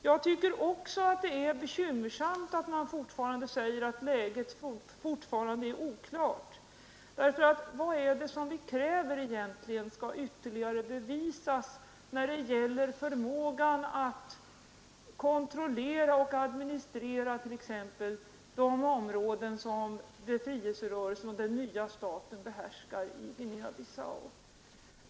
Jag tycker också det är bekymmersamt att man fortfarande säger att läget är oklart. Vad är det som vi kräver egentligen skall ytterligare bevisas när det gäller förmågan att kontrollera och administrera t.ex. de områden som befrielserörelsen och den nya staten behärskar i Guinea Bissau?